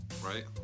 Right